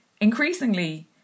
increasingly